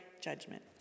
judgment